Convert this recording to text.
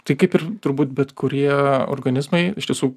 tai kaip ir turbūt bet kurie organizmai iš tiesų